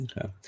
Okay